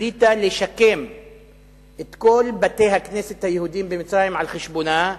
החליטה לשקם את כל בתי-הכנסת היהודיים במצרים על-חשבונה.